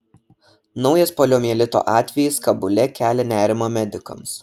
naujas poliomielito atvejis kabule kelia nerimą medikams